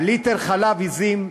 ליטר חלב עזים,